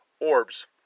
orbs